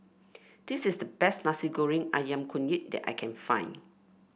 this is the best Nasi Goreng ayam kunyit that I can find